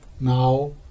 Now